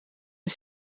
een